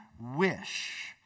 wish